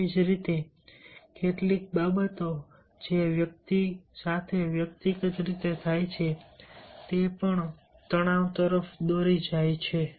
તેવી જ રીતે કેટલીક બાબતોમાં જે વ્યક્તિ સાથે વ્યક્તિગત રીતે થાય છે તે પણ તણાવ તરફ દોરી જાય છે